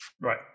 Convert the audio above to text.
Right